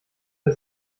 der